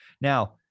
now